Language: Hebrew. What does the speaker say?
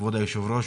כבוד היו"ר,